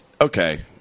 okay